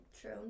true